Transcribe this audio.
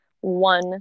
one